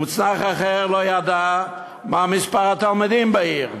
מוצנח אחר לא ידע מה מספר התלמידים בעיר.